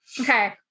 Okay